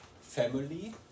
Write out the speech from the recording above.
family